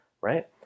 right